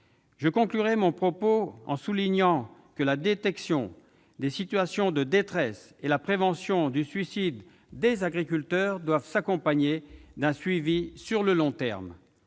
Je conclurai mon propos en soulignant que la détection des situations de détresse et la prévention du suicide des agriculteurs doivent s'accompagner d'un suivi sur le long terme.